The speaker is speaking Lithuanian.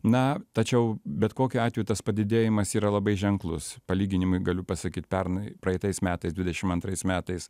na tačiau bet kokiu atveju tas padidėjimas yra labai ženklus palyginimui galiu pasakyt pernai praeitais metais dvidešim antrais metais